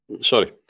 Sorry